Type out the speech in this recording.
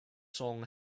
song